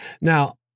now